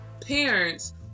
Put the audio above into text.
parents